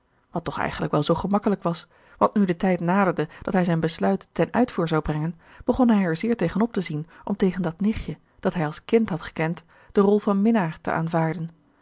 tonnette toch eigenlijk wel zoo gemakkelijk was want nu de tijd naderde dat hij zijn besluit ten uitvoer zou brengen begon hij er zeer tegen op te zien om tegen dat nichtje dat hij als kind had gekend de rol van minnaar te aanvaarden